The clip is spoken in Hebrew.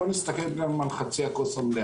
בואו נסתכל גם על חצי הכוס המלאה.